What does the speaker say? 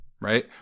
right